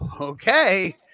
okay